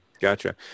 Gotcha